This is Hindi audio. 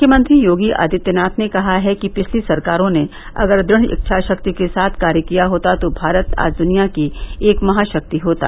मुख्यमंत्री योगी आदित्यनाथ ने कहा है कि पिछली सरकारों ने अगर दृढ़ इच्छा शक्ति के साथ कार्य किया होता तो भारत आज दुनिया की एक महाशक्ति होता